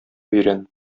өйрән